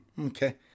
Okay